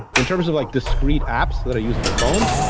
in terms of like discrete apps that i use on the phone,